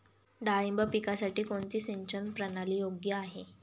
डाळिंब पिकासाठी कोणती सिंचन प्रणाली योग्य आहे?